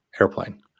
airplane